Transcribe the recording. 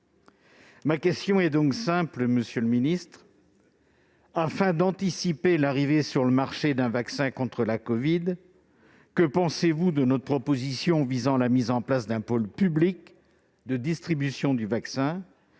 Ma question est simple : puisqu'il faut anticiper l'arrivée sur le marché d'un vaccin contre la covid-19, que pensez-vous de notre proposition visant à mettre en place un pôle public de distribution du vaccin ?